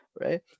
right